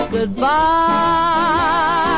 Goodbye